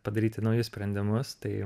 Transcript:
padaryti naujus sprendimus tai